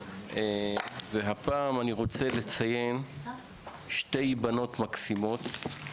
הפעם אני רוצה לציין שתי בנות מקסימות,